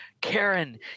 Karen